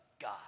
God